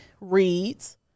reads